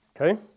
Okay